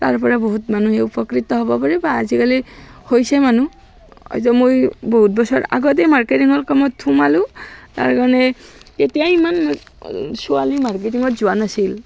তাৰ পৰা বহুত মানুহে উপকৃত হ'ব পাৰে বা আজিকালি হৈছে মানুহ এতিয়া মই বহুত বছৰ আগতে মাৰ্কেটিঙৰ কামত সোমালোঁ তাৰ কাৰণে তেতিয়া ইমান ছোৱালী মাৰ্কেটিঙত যোৱা নাছিল